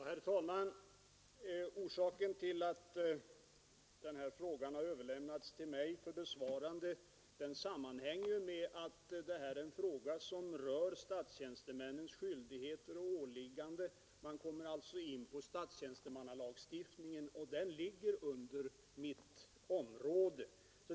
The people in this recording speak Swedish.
Herr talman! Orsaken till att denna fråga har överlämnats till mig för besvarande är att den rör statstjänstemännens skyldigheter och åligganden; man kommer alltså här in på statstjänstemannalagstiftningen, och den ligger inom mitt ansvarsområde.